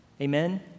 Amen